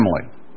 family